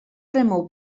remou